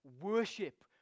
worship